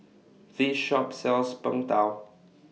This Shop sells Png Tao